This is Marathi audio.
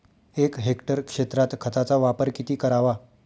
एक हेक्टर क्षेत्रात खताचा वापर किती करावा?